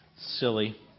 silly